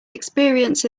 experience